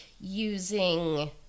using